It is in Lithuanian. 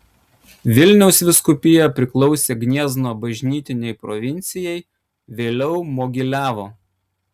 vilniaus vyskupija priklausė gniezno bažnytinei provincijai vėliau mogiliavo